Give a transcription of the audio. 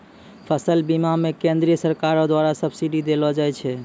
फसल बीमा मे केंद्रीय सरकारो द्वारा सब्सिडी देलो जाय छै